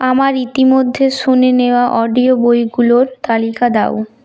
আমার ইতিমধ্যে শুনে নেওয়া অডিও বইগুলোর তালিকা দাও